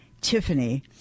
Tiffany